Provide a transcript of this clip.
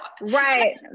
right